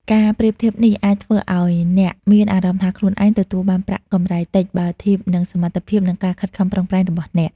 ការប្រៀបធៀបនេះអាចធ្វើឲ្យអ្នកមានអារម្មណ៍ថាខ្លួនឯងទទួលបានប្រាក់កម្រៃតិច បើធៀបនឹងសមត្ថភាព និងការខិតខំប្រឹងប្រែងរបស់អ្នក។